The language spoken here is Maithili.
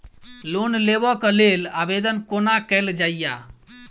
लोन लेबऽ कऽ लेल आवेदन कोना कैल जाइया?